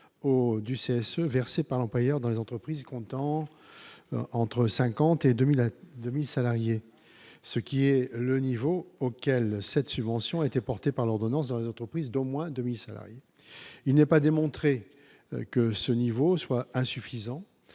du CSE versée par l'employeur dans les entreprises comptant entre 50 et 2000 à 2000 salariés, ce qui est le niveau auquel cette subvention était porté par l'ordonnance dans les entreprises d'au moins 2000 salariés il n'est pas démontré que ce niveau soit insuffisant